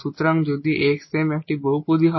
সুতরাং যদি 𝑥 𝑚 একটি পলিনোমিয়াল হয়